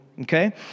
Okay